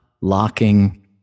locking